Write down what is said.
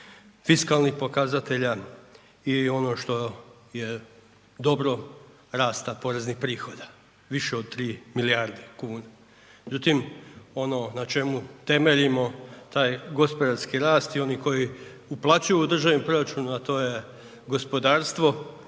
fiskalnih pokazatelja i ono što je dobro, rasta poreznih prihoda, više od 3 milijarde kuna. Međutim ono na čemu temeljimo taj gospodarski rast i oni koji uplaćuju u državni proračun, a to je gospodarstvo